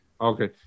Okay